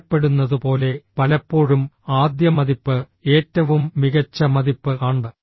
പറയപ്പെടുന്നതുപോലെ പലപ്പോഴും ആദ്യ മതിപ്പ് ഏറ്റവും മികച്ച മതിപ്പ് ആണ്